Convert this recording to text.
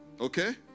Okay